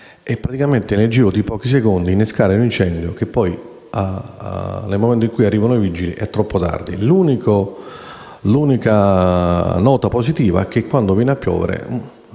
passi e, nel giro di pochi secondi, inneschi un incendio. Poi, nel momento in cui arrivano i Vigili, è troppo tardi. L'unica nota positiva è che, quando viene a piovere,